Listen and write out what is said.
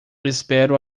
espero